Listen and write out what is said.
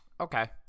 okay